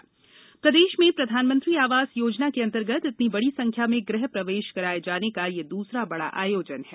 मध्यप्रदेश में प्रधानमंत्री आवास योजनांतर्गत इतनी बड़ी संख्या में गृह प्रवेश कराये जाने का यह दूसरा बड़ा आयोजन है